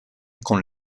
con